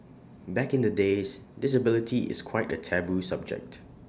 back in the days disability is quite A taboo subject